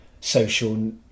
social